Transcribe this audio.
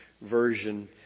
Version